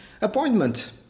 appointment